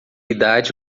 idade